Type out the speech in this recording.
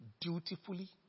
dutifully